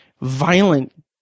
violent